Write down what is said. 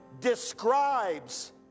describes